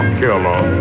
killer